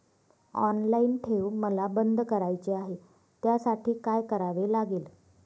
Online ठेव मला बंद करायची आहे, त्यासाठी काय करावे लागेल?